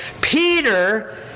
Peter